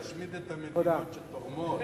להשמיד את המדינות שתורמות.